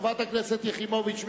חברת הכנסת יחימוביץ,